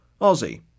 Aussie